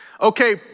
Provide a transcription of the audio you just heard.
Okay